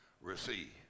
receive